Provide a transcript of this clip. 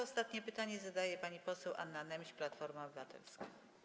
Ostatnie pytanie zadaje pani poseł Anna Nemś, Platforma Obywatelska.